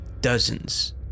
dozens